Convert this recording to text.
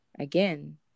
Again